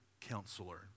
counselor